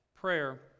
prayer